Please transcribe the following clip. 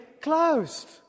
closed